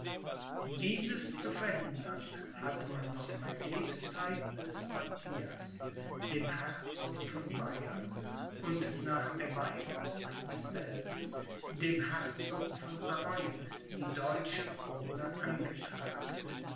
dieses zu verhindern hatte man noch bei lebzeiten des matthias dem herzog von bayern und nach der weigerung desselben dem herzog von savoyen die deutsche krone angetragen